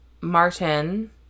Martin